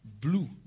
blue